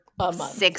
Six